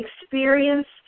experienced